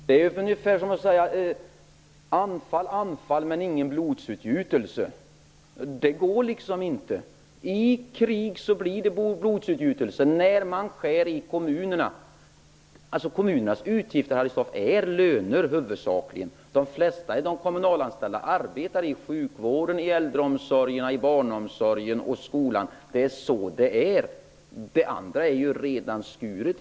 Fru talman! Det är ungefär som att säga: Anfall, anfall men ingen blodsutgjutelse. Det går liksom inte, därför att i krig blir det blodsutgjutelse. Kommunernas utgifter består huvudsakligen av lönekostnader. De flesta kommunalanställda arbetar inom sjukvården, äldreomsorgen, barnomsorgen och skolan. I andra utgifter har man redan gjort neddragningar.